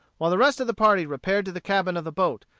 while the rest of the party repaired to the cabin of the boat,